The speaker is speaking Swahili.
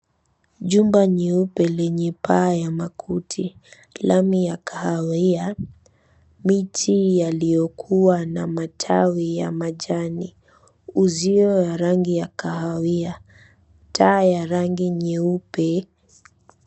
Jumba nyeupe lenye paa ya makuti, plami ya kahawia, miti yaliyokuwa na matawi ya majani, uzio ya rangi ya kahawia, taa ya rangi nyeupe.